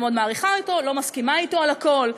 אני מאוד מעריכה אותו, לא מסכימה אתו על הכול.